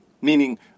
Meaning